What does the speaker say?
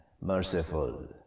Merciful